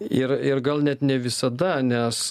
ir ir gal net ne visada nes